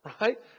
right